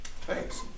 Thanks